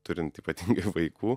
turint ypatingai vaikų